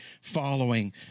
following